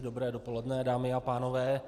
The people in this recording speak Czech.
Dobré dopoledne, dámy a pánové.